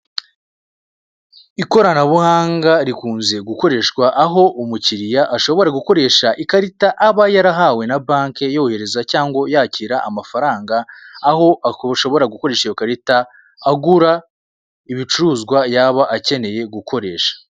Ikoranabuhanga rikunze gukoreshwa aho umukiriya ashobora gukoresha ikarita aba yarahawe na banki yohereza cyangwa yakira amafaranga, aho ashobora gukoresha iyo karita agura ibicuruzwa yaba akeneye gukoresha.